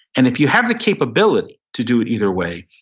and if you have the capability to do it either way,